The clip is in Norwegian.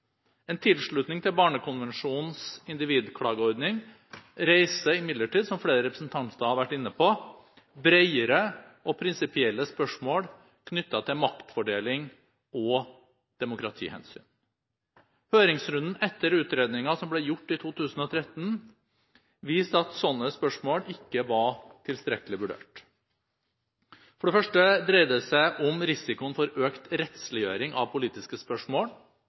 En tilslutning til Barnekonvensjonens individklageordning reiser imidlertid, som flere representanter har vært inne på, bredere og prinsipielle spørsmål knyttet til maktfordeling og demokratihensyn. Høringsrunden etter utredningen som ble gjort i 2013, viser at sånne spørsmål ikke var tilstrekkelig vurdert. For det første dreier det seg om risikoen for økt rettsliggjøring av politiske spørsmål,